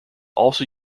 also